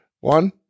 one